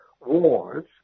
wars